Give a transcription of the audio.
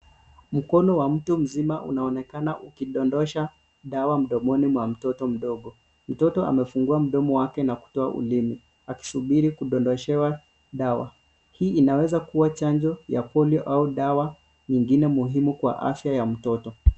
Mkono wa mtu mzima unaonekana ukidondosha dawa mdomoni mwa mtoto mdogo. Mtoto amefungua mdomo wake, na kutoa ulimi, akisubiri kudondoshewa dawa. Hii inaweza kuwa chanjo ya Polio, au dawa nyingine muhimu kwa afya ya mtoto.